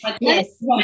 Yes